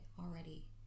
already